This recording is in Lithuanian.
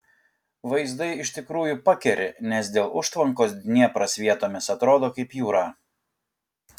vaizdai iš tikrųjų pakeri nes dėl užtvankos dniepras vietomis atrodo kaip jūra